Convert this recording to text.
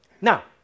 Now